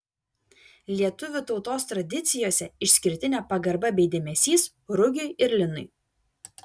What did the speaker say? lietuvių tautos tradicijose išskirtinė pagarba bei dėmesys rugiui ir linui